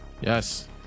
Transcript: Yes